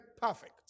perfect